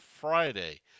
Friday